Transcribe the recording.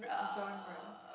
genre